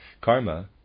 Karma